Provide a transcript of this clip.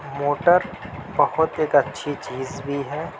motor بہت ایک اچھی چیز بھی ہے